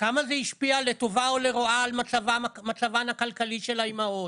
כמה זה השפיע לטובה או לרעה על מצבן הכלכלי של האימהות?